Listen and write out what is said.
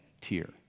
tier